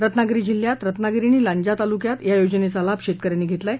रत्नागिरी जिल्ह्यात रत्नागिरी आणि लांजा तालुक्यात या योजनेचा लाभ शेतकऱ्यांनी घेतला आहे